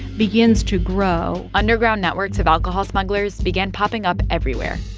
begins to grow underground networks of alcohol smugglers began popping up everywhere,